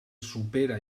supera